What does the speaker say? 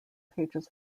pages